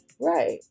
right